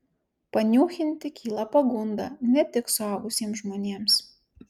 paniūchinti kyla pagunda ne tik suaugusiems žmonėms